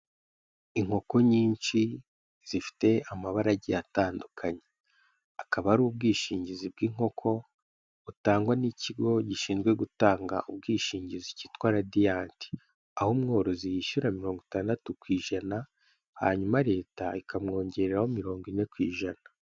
Inkoko nyinshi zifite amabarage atandukanye, akaba ari ubwishingizi bw'inkoko butangwa n'ikigo gishinzwe gutanga ubwishingizi cyitwa radiant, aho umworozi yishyura mirongo itandatu ku ijana, hanyuma leta ikamwongereho mirongo ine ku ijana.